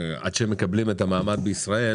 עד שהם מקבלים את המעמד בישראל,